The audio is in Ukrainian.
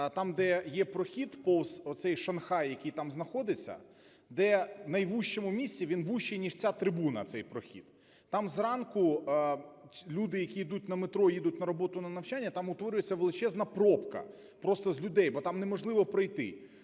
там, де є прохід повз оцей "шанхай", який там знаходиться, де у найвужчому місці він вужчий, чим ця трибуна, цей прохід. Там зранку люди, які йдуть на метро і їдуть на роботу і на навчання, там утворюється величезна пробка просто з людей, бо там неможливо пройти.